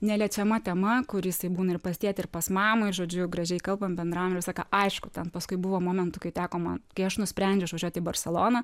neliečiama tema kur jisai būna ir pas tėtį ir pas mamą ir žodžiu gražiai kalbam bendraujam ir visą laiką aišku ten paskui buvo momentų kai teko man kai aš nusprendžiau išvažiuot į barseloną